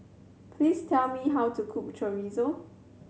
please tell me how to cook Chorizo